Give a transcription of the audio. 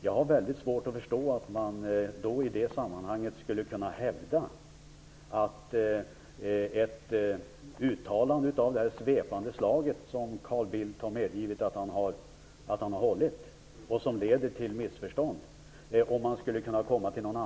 Jag har väldigt svårt att förstå att man kan komma till någon annan slutsats än att ett sådant svepande uttalande som Carl Bildt har medgivit att han har gjort och som sedan leder till missförstånd kan ha påverkat domstolsprocessen.